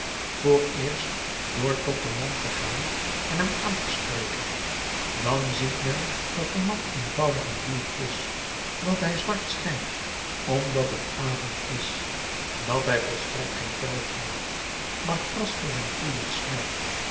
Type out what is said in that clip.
vooreerst door tot den man te gaan en hem aan te spreken dan ziet men dat de man eenvoudig een boer is dat hij zwart schijnt omdat het avond is dat hij volstrekt geen kuil graaft maar gras voor zijn koeien snijdt